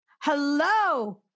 Hello